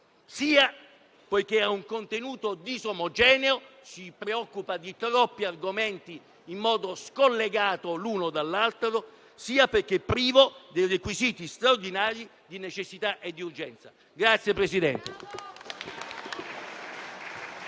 sia perché ha un contenuto disomogeneo (in quanto si preoccupa di troppi argomenti in modo scollegato l'uno dall'altro), sia perché privo dei requisiti straordinari di necessità e di urgenza. *(Applausi